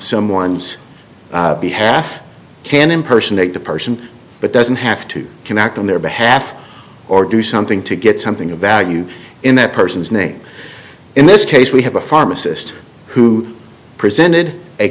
someone's b half can impersonate the person but doesn't have to can act on their behalf or do something to get something of value in that person's name in this case we have a pharmacist who presented